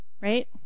Right